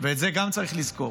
וגם את זה צריך לזכור.